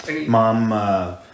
Mom